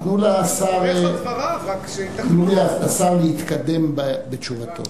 תנו לשר רק להתקדם בתשובתו.